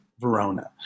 Verona